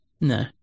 No